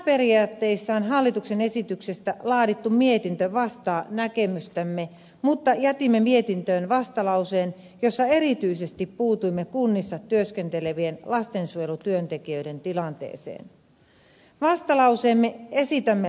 pääperiaatteissaan hallituksen esityksestä laadittu mietintö vastaa näkemystämme mutta jätimme mietintöön vastalauseen jossa erityisesti puutuimme kunnissa työskentelevien lastensuojelutyöntekijöiden tilanteeseen